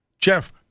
Jeff